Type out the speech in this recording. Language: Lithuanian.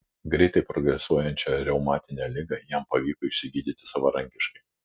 greitai progresuojančią reumatinę ligą jam pavyko išsigydyti savarankiškai